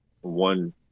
one –